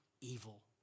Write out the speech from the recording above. evil